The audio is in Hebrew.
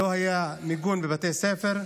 לא היה מיגון בבתי הספר,